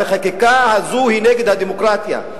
החקיקה הזאת היא נגד הדמוקרטיה.